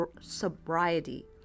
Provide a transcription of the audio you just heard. sobriety